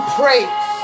praise